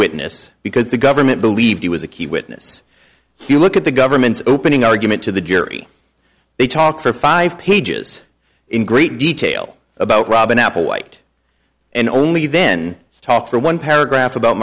witness because the government believed he was a key witness he looked at the government's opening argument to the jury they talk for five pages in great detail about robin applewhite and only then talk for one paragraph about